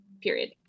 period